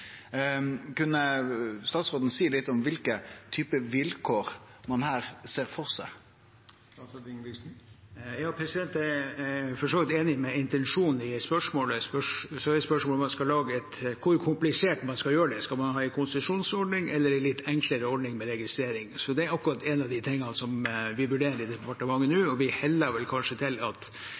statsråden seie litt om kva slags type vilkår ein her ser for seg? Jeg er for så vidt enig i intensjonen med spørsmålet, men så er spørsmålet hvor komplisert man skal gjøre det. Skal man ha en konsesjonsordning eller en litt enklere ordning med registrering. Det er nettopp noe av det vi vurderer i departementet nå. Vi heller kanskje mot at hvis det går an å gjøre ting litt enklere, prøver vi å få til